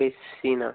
ബസ്സിൽ നിന്നാണോ